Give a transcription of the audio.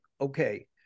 okay